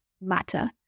matter